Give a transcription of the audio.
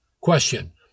Question